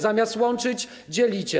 Zamiast łączyć, dzielicie.